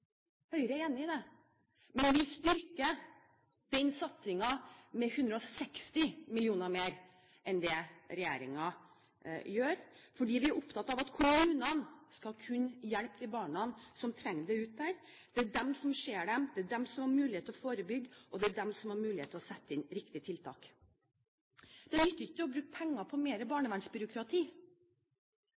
Høyre er enig i det. Men vi styrker den satsingen med 160 mill. kr mer enn det regjeringen gjør, fordi vi er opptatt av at kommunene skal kunne hjelpe de barna som trenger det der ute. Det er de som ser dem. Det er de som har mulighet til å forebygge, og det er de som har mulighet til å sette inn riktige tiltak. Det nytter ikke å bruke penger på mer barnevernsbyråkrati